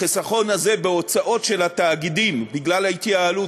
החיסכון הזה בהוצאות של התאגידים בגלל ההתייעלות,